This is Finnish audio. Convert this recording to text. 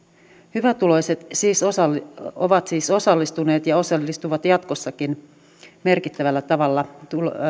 hyvätuloiset ovat siis osallistuneet ja osallistuvat jatkossakin merkittävällä tavalla